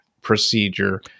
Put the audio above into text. procedure